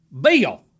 Bill